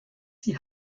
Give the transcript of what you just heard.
die